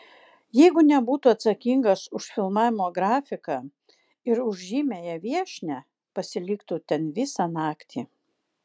jeigu nebūtų atsakingas už filmavimo grafiką ir už žymiąją viešnią pasiliktų ten visą naktį